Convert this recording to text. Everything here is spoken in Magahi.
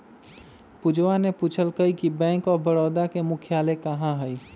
पूजवा ने पूछल कई कि बैंक ऑफ बड़ौदा के मुख्यालय कहाँ हई?